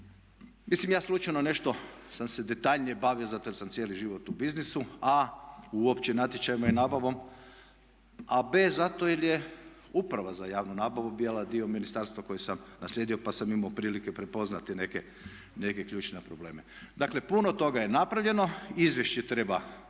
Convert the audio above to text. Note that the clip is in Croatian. Mislim ja slučajno nešto sam se detaljnije bavio zato jer sam cijeli život u biznisu, a) uopće natječajima i nabavom a b) zato jer je Uprava za javnu nabavu bila dio ministarstva koje sam naslijedio pa sam imao prilike prepoznati neke ključne probleme. Dakle, puno toga je napravljeno, izvješće treba